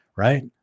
right